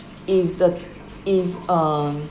if the if um